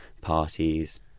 parties